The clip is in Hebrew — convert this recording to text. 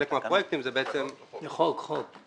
חלק מהפרויקטים אלה בעצם --- תקנות או חוק?